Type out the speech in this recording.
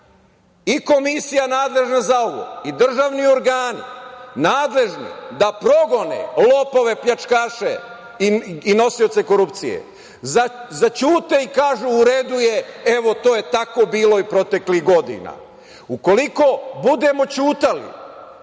i Komisija nadležna za ovo, državni organi, nadležni da progone lopove, pljačkaše i nosioce korupcije. Zaćute i kažu – u redu je, evo to je tako bilo i proteklih godina. Ukoliko budemo ćutali,